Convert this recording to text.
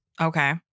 Okay